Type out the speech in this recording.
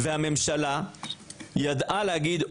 והממשלה ידעה להגיד,